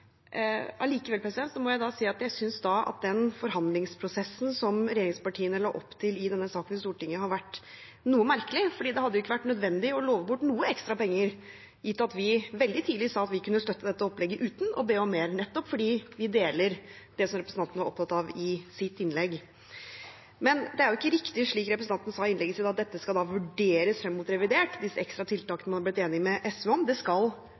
må jeg si at jeg synes at den forhandlingsprosessen som regjeringspartiene la opp til i denne saken i Stortinget, har vært noe merkelig, fordi det hadde ikke vært nødvendig å love bort noen ekstra penger, gitt at vi veldig tidlig sa at vi kunne støtte dette opplegget uten å be om mer, nettopp fordi vi deler det som representanten var opptatt av i sitt innlegg. Men det er jo ikke riktig, som representanten sa i innlegget sitt, at disse tiltakene man har blitt enig med SV om, skal vurderes fram mot revidert – de skal styrkes. Det er også det